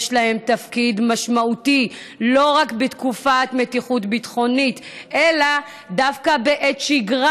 יש להם תפקיד משמעותי לא רק בתקופת מתיחות ביטחונית אלא דווקא בעת שגרה,